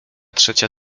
trzecia